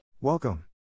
Welcome